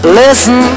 listen